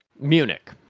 Munich